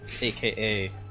aka